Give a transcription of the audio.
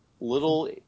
little